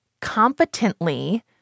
competently